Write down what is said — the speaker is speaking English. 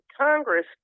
Congress